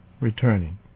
returning